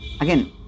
again